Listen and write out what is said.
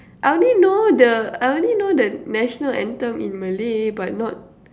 I only know the I only know the national anthem in Malay but not